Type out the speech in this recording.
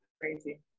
crazy